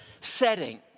setting